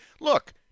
Look